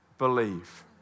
believe